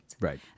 right